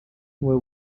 were